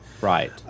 Right